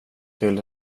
till